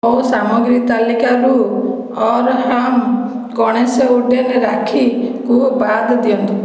ମୋ ସାମଗ୍ରୀ ତାଲିକାରୁ ଅର୍ହାମ୍ ଗଣେଶ ଉଡେନ୍ ରାକ୍ଷୀକୁ ବାଦ୍ ଦିଅନ୍ତୁ